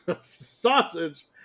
sausage